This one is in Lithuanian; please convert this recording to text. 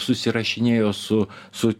susirašinėjo su su